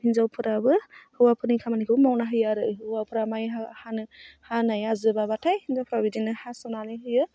हिन्जावफोराबो हौवाफोरनि खामानिखौ मावना होयो आरो हौवाफ्रा माइ हानो हानाया जोबाबाथाइ हिन्जावफ्रा बिदिनो हास'नानै होयो